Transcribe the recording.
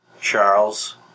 Charles